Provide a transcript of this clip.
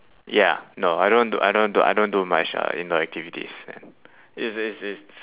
ya no I don't do I don't do I don't do much uh indoor activities it's it's it's